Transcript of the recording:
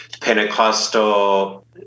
Pentecostal